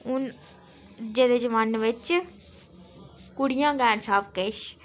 हून अज्जै दे जमान्ने बिच्च कुड़ियां गै न सब किश